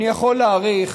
אני יכול להעריך,